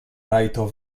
rajto